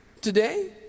today